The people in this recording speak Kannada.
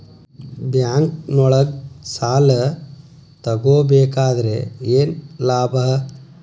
ಬ್ಯಾಂಕ್ನೊಳಗ್ ಸಾಲ ತಗೊಬೇಕಾದ್ರೆ ಏನ್ ಲಾಭ?